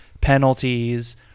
penalties